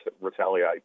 retaliate